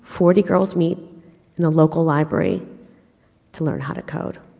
forty girls meet in the local library to learn how to code,